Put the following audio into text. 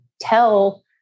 tell